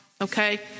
Okay